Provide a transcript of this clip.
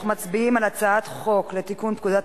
אנחנו מצביעים על הצעת חוק לתיקון פקודת